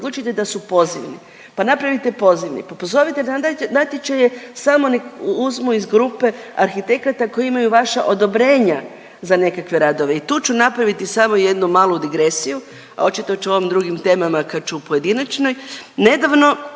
odlučite da su pozivni, pa napravite pozivni pa pozovete natječaje samo nek uzmu iz grupe arhitekata koji imaju vaša odobrenja za nekakve radove. I tu ću napraviti samo jednu malu digresiju, a očito ću o ovim drugim temama kad ću u pojedinačnoj. Nedavno